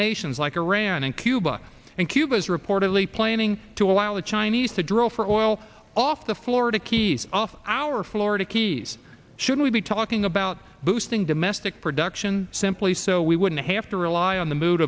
nations like iran and cuba and cuba is reportedly planning to allow the chinese to drill for oil off the florida keys off our florida keys should we be talking about boosting domestic production simply so we wouldn't have to rely on the mood